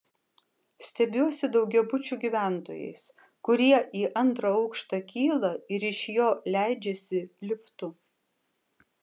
stebiuosi daugiabučių gyventojais kurie į antrą aukštą kyla ir iš jo leidžiasi liftu